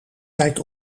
tijd